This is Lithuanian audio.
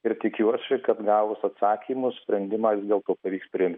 ir tikiuosi kad gavus atsakymus sprendimą vis dėlto pavyks priimt